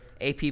AP